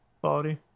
quality